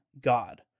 God